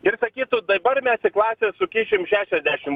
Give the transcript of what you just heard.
ir sakytų dabar mes į klasę sukišim šešiasdešim